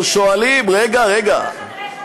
אנחנו שואלים, רגע, רגע.